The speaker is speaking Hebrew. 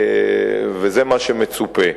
וזה מה שמצופה.